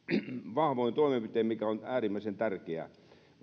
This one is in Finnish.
vahvoin toimenpitein mikä on äärimmäisen tärkeää mutta